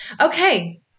Okay